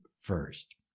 first